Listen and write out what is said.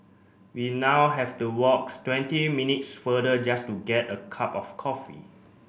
we now have to walk twenty minutes farther just to get a cup of coffee